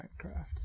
minecraft